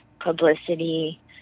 publicity